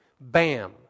Bam